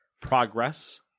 progress